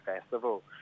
festival